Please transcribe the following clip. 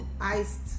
iced